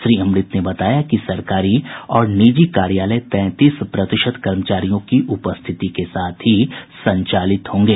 श्री अमृत ने बताया कि सरकारी और निजी कार्यालय तैंतीस प्रतिशत कर्मचारियों की उपस्थिति के साथ ही संचालित होंगे